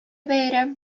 бәйрәм